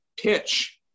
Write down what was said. pitch